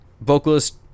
vocalist